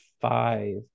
five